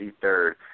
third